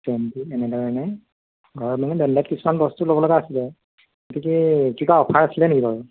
shampoo এনেধৰণে ঘৰ মানে বেলেগ কিছুমান বস্তু ল'ব লগা আছিলে গতিকে কিবা অফাৰ আছিলে নেকি বাৰু